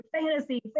Fantasy